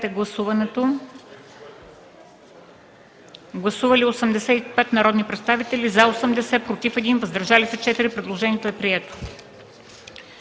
вносителя. Гласували 80 народни представители: за 68, против 2, въздържали се 10. Предложението е прието.